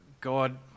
God